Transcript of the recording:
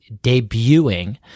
debuting